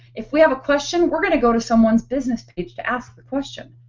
if we have a question we're gonna go to someone's business page to ask the question.